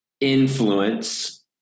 influence